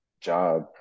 job